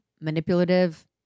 manipulative